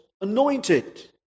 anointed